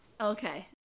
Okay